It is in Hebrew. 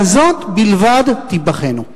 בזאת בלבד תיבחנו.